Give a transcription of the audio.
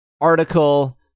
article